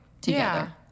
together